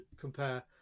compare